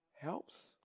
helps